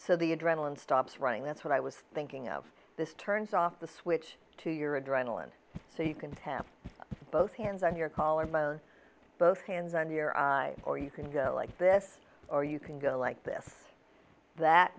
so the adrenaline stops running that's what i was thinking of this turns off the switch to your adrenaline so you can tap both hands on your collarbone both hands on your eyes or you can go like this or you can go like this that